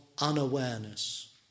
unawareness